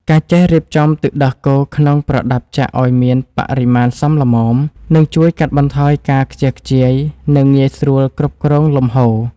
ការចេះរៀបចំទឹកដោះគោក្នុងប្រដាប់ចាក់ឱ្យមានបរិមាណសមល្មម នឹងជួយកាត់បន្ថយការខ្ជះខ្ជាយ និងងាយស្រួលគ្រប់គ្រងលំហូរ។